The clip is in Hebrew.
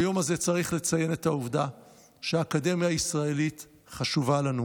ביום הזה צריך לציין את העובדה שהאקדמיה הישראלית חשובה לנו,